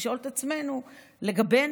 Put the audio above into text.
לשאול את עצמנו לגבינו,